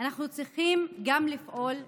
אנחנו צריכים גם לפעול בתוכנו.